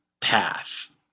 path